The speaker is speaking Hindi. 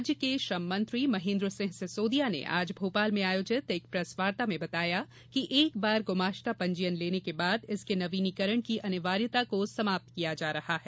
राज्य के श्रममंत्री महेन्द्र सिंह सिसोदिया ने आज भोपाल में आयोजित एक प्रेसवार्ता में बताया कि एक बार ग्रमाश्ता पंजीयन लेने के बाद इसके नवीनीकरण की अनिवार्यता को समाप्त किया जा रहा है